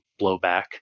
blowback